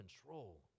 control